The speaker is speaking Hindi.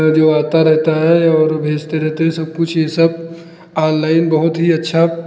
जो आता रहता है और भेजते रहते हैं सब कुछ यह सब ऑनलाइन बहुत ही अच्छा